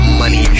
money